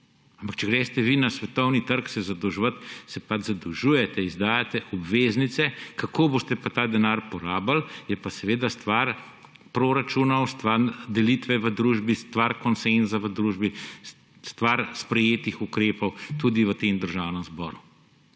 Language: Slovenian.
Ampak, če greste vi na svetovni trg se zadolževat, se pač zadolžujete, izdajate obveznice. Kako boste pa ta denar porabili, je pa seveda stvar proračuna, stvar delitve v družbi, stvar konsenza v družbi, stvar sprejetih ukrepov tudi v tem državnem zboru.